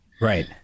Right